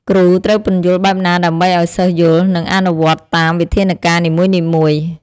គ្រូត្រូវពន្យល់បែបណាដើម្បីឲ្យសិស្សយល់ និងអនុវត្តតាមវិធានការនីមួយៗ។